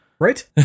Right